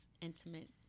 intimate